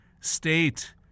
state